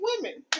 women